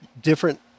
different